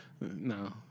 No